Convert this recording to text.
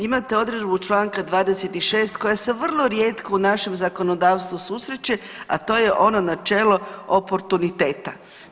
Imate odredbu članka 26. koja se vrlo rijetko u našem zakonodavstvu susreće, a to je ono načelo oportuniteta.